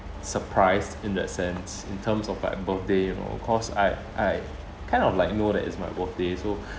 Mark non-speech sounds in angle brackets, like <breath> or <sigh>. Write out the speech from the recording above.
surprised in that sense in terms of like birthday you know cause I I kind of like know that it's my birthday so <breath>